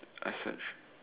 efforts